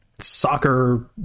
Soccer